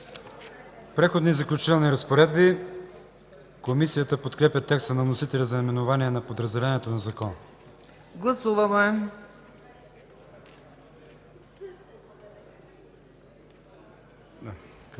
„Преходни и заключителни разпоредби”. Комисията подкрепя текста на вносителя за наименование на подразделението на закона.